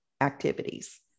activities